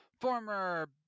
former